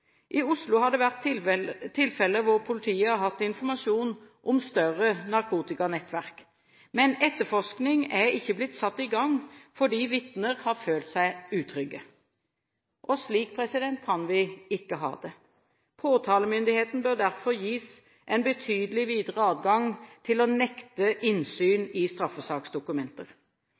I Oslo har det vært tilfeller hvor politiet har hatt informasjon om større narkotikanettverk. Men etterforskning er ikke blitt satt i gang fordi vitner har følt seg utrygge. Slik kan vi ikke ha det. Påtalemyndigheten bør derfor gis en betydelig videre adgang til å nekte innsyn i straffesaksdokumenter.